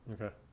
Okay